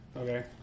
Okay